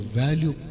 value